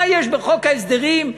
מה יש בחוק ההסדרים,